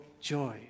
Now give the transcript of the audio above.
joy